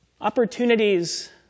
Opportunities